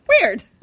Weird